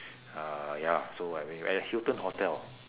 uh ya lah so I've been at the hilton hotel